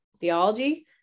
theology